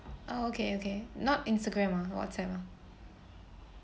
oh okay okay not Instagram ah whatsapp ah